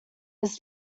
his